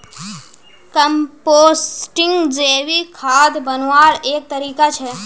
composting जैविक खाद बन्वार एक तरीका छे